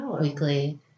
weekly